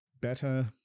better